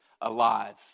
alive